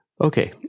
Okay